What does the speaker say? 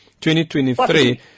2023